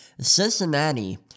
Cincinnati